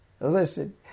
listen